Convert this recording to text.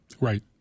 Right